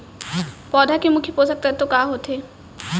पौधे के मुख्य पोसक तत्व का होथे?